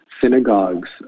synagogues